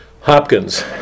Hopkins